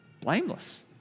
blameless